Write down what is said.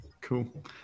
cool